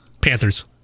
Panthers